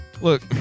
look